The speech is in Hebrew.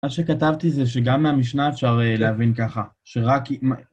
מה שכתבתי זה שגם מהמשנה אפשר להבין ככה, שרק אם...